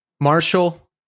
Marshall